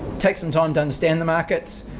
takes some time to understand the markets,